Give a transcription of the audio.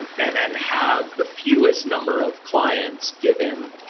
um and then have the fewest number of clients given